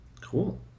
cool